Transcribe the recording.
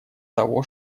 того